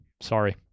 sorry